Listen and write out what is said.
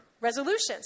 resolutions